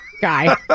Guy